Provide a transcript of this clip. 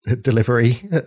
delivery